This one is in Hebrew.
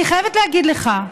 אני חייבת להגיד לך,